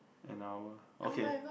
and our okay